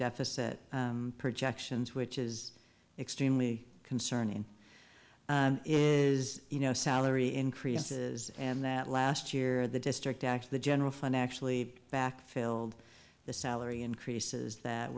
deficit projections which is extremely concerning is you know salary increases and that last year the district actually general fund actually back filled the salary increases that